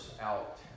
out